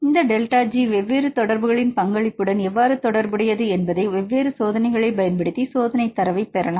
இந்த delta G வெவ்வேறு தொடர்புகளின் பங்களிப்புகளுடன் எவ்வாறு தொடர்புடையது என்பதை வெவ்வேறு சோதனைகளைப் பயன்படுத்தி சோதனை தரவைப் பெறலாம்